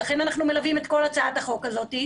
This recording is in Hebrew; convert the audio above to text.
ולכן אנחנו מלווים את כל הצעת החוק הזאת,